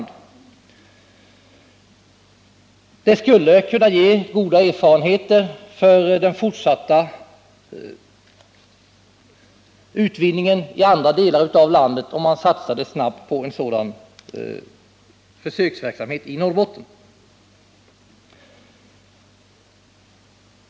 Det skulle kunna ge goda erfarenheter för den fortsatta utvinningen i andra delar av landet, om man satsade snabbt på en sådan försöksverksamhet i Norrbotten.